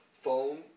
phone